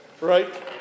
Right